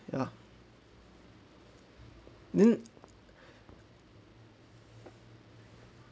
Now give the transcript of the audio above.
ya then